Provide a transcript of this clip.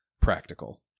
practical